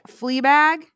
Fleabag